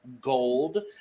gold